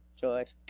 George